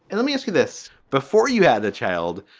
and let me ask you this, before you had the child,